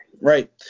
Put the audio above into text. Right